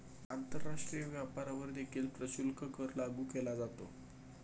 आंतरराष्ट्रीय व्यापारावर देखील प्रशुल्क कर लागू केला जातो